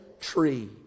tree